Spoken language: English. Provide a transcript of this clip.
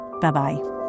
Bye-bye